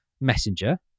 Messenger